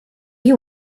you